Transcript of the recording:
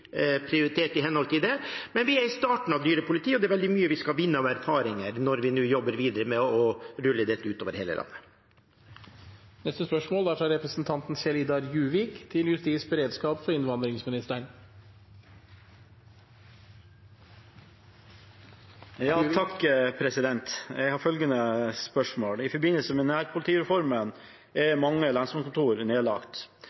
prioritert i henhold til det. Vi er i starten når det gjelder dyrepoliti, og det er veldig mye vi skal vinne av erfaringer når vi nå jobber videre med å rulle dette ut over hele landet. Jeg har følgende spørsmål: «I forbindelse med nærpolitireformen er mange lensmannskontor nedlagt. Hemnes, Stranda og Aurland kommune anket og fikk medhold i